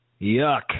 Yuck